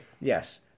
Yes